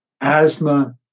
asthma